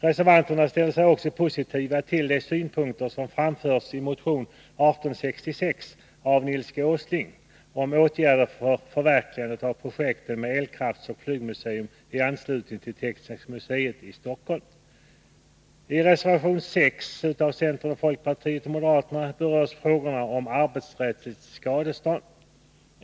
Reservanterna ställer sig också positiva till de synpunkter som framförs i motion 1866 av Nils Åsling om åtgärder för förverkligande av projekten med elkraftsoch flygmuseerna i anslutning till Fekniska museet i Stockholm. I reservation 6 av centern, folkpartiet och moderaterna berörs frågorna om arbetsrättsligt skadestånd.